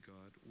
God